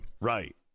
Right